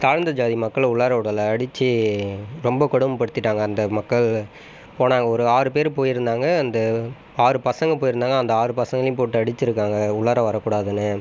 தாழ்ந்த ஜாதி மக்களை உள்ளார விடல அடிச்சு ரொம்ப கொடுமை படுத்திவிட்டாங்க அந்த மக்கள் போனாங்க ஒரு ஆறு பேர் போயிருந்தாங்க அந்த ஆறு பசங்கள் போயிருந்தாங்க அந்த ஆறு பசங்களையும் போட்டு அடிச்சுருக்காங்க உள்ளார வரக்கூடாதுன்னு